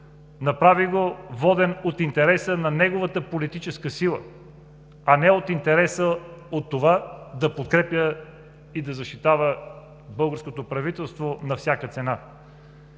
Направи го, воден от интереса на неговата политическа сила, а не от интереса от това да подкрепя и да защитава българското правителство на всяка цена.